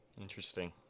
Interesting